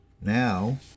Now